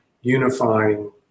unifying